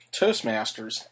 Toastmasters